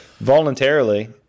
Voluntarily